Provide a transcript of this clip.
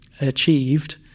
achieved